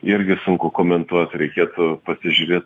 irgi sunku komentuot reikėtų pasižiūrėt